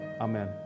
Amen